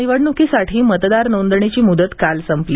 या निवडणुकीसाठी मतदार नोंदणीची मुदत काल संपली